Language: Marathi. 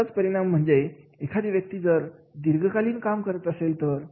याचा परिणाम म्हणजे एखादी व्यक्ती जर दीर्घकालीन काम करत असेल तर